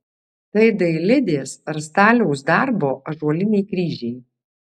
tai dailidės ar staliaus darbo ąžuoliniai kryžiai